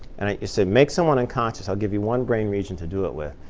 and i said make someone unconscious. i'll give you one brain region to do it with.